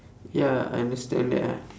ya I understand that ah